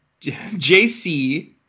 JC